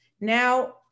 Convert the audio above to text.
now